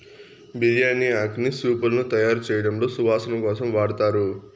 బిర్యాని ఆకును సూపులను తయారుచేయడంలో సువాసన కోసం వాడతారు